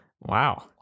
Wow